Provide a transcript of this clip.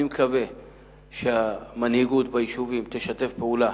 אני מקווה שהמנהיגות ביישובים תשתף פעולה